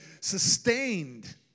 sustained